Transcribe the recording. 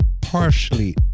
partially